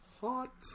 Hot